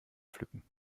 pflücken